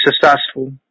successful